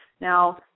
Now